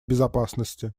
безопасности